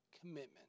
commitment